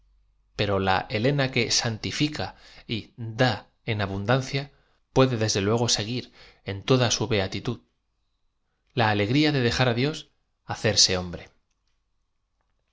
pero la elena que aniifica y da en abundancia puede desde luego seguir en toda su bea titud la alegria de dejar á dios hacerse hombre í